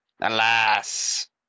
alas